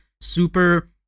super